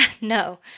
No